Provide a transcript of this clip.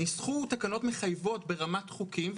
ניסחו תקנות מחייבות ברמת חוקים,